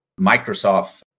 Microsoft